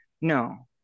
no